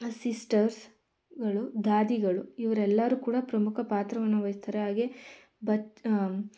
ಸಿಸ್ಟರ್ಸುಗಳು ದಾದಿಗಳು ಇವರೆಲ್ಲರೂ ಕೂಡ ಪ್ರಮುಖ ಪಾತ್ರವನ್ನು ವಹಿಸ್ತಾರೆ ಹಾಗೇ ಬತ್